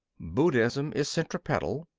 buddhism is centripetal,